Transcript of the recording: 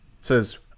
says